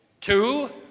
two